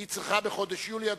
היא צריכה בחודש יולי לכל המאוחר,